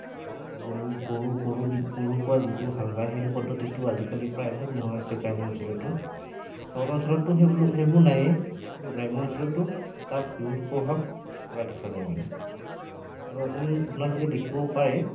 গৰু গৰু গৰু দি গৰুৰ পৰা যিটো হাল বায় সেইটো পদ্ধতিটো আজিকালি প্ৰায়ভাগ নোহোৱা হৈছে গ্ৰাম্য় অঞ্চলতো চহৰ অঞ্চলততো সেই বোলো সেইবোৰ নায়েই কিন্তু গ্ৰাম্য় অঞ্চলতো তাৰ বিৰূপ প্ৰভাৱ পৰা দেখা যায় মানে আৰু আপুনি আপোনালোকে দেখিবও পাৰে